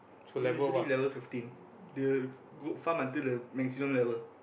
usually level fifteen they will go farm until lev~ maximum level